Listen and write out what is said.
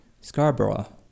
scarborough